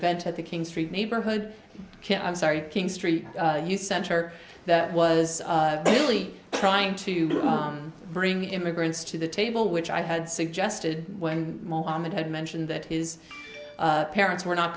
event at the king street neighborhood care i'm sorry king street youth center that was really trying to bring immigrants to the table which i had suggested when mohamed had mentioned that his parents were not